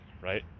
right